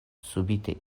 subite